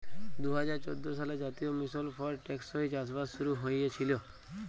দু হাজার চোদ্দ সালে জাতীয় মিশল ফর টেকসই চাষবাস শুরু হঁইয়েছিল